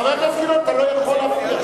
חבר הכנסת גילאון, אתה לא יכול להפריע.